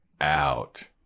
out